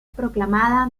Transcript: proclamada